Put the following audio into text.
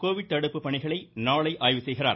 Covid தடுப்பு பணிகளை நாளை ஆய்வு செய்கிறார்